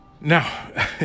Now